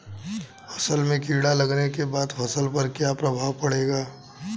असल में कीड़ा लगने के बाद फसल पर क्या प्रभाव पड़ेगा?